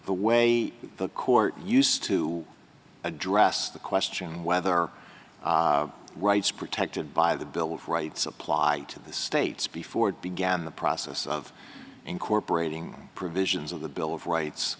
the way the court used to address the question whether rights protected by the bill of rights applied to the states before it began the process of incorporating provisions of the bill of rights